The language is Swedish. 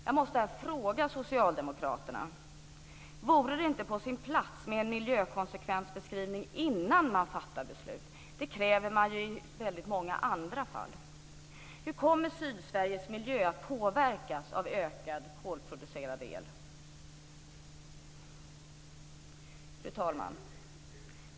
Jag måste här fråga socialdemokraterna: Vore det inte på sin plats med en miljökonsekvensbeskrivning innan man fattar beslut? Det krävs ju i väldigt många andra fall. Hur kommer Sydsveriges miljö att påverkas av en ökning av kolproducerad el? Fru talman!